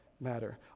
matter